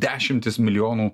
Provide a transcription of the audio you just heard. dešimtis milijonų